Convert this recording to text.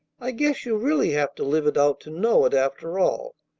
i guess you really have to live it out to know it, after all.